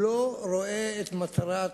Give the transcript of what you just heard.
אני לא רואה את מטרת דבריו,